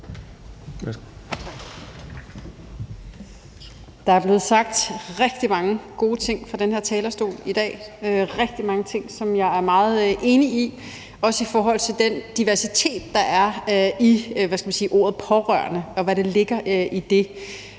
Der er blevet sagt rigtig mange gode ting fra den her talerstol i dag, rigtig mange ting, som jeg er meget enig i, også i forhold til den diversitet, der er i, hvad skal man sige, ordet pårørende, og hvad der ligger i det.